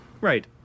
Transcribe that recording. Right